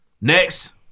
Next